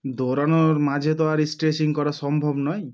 দৌড়ানোর মাঝে তো আর স্ট্রেচিং করা সম্ভব নয়